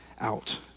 out